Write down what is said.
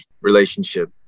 relationship